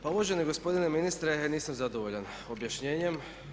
Pa uvaženi gospodine ministre nisam zadovoljan objašnjenjem.